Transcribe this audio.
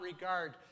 regard